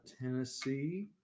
Tennessee